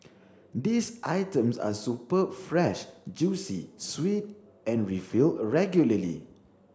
these items are superb fresh juicy sweet and refilled regularly